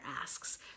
asks